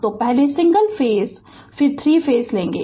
तो पहले single phase फिर 3 फेज लेगे